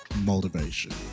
motivation